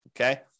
Okay